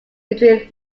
between